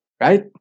right